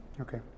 Okay